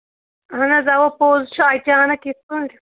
اَہَن حظ اَوا پوٚز چھُ اَچانَک یِتھ پٲٹھۍ